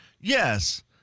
Yes